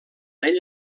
ell